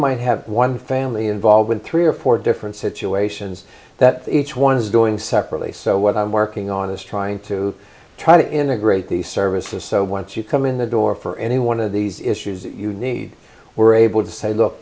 might have one family involved in three or four different situations that each one is doing separately so what i'm working on is trying to try to integrate these services so once you come in the door for any one of these issues you need were able to say look